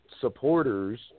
supporters